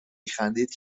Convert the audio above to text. میخندید